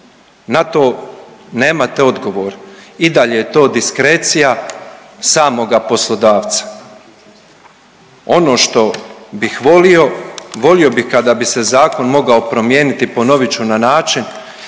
Na to nemate odgovor i dalje je to diskrecija samoga poslodavca. Ono što bih volio, volio bih kada bi se zakon mogao promijeniti, ponovit ću, na način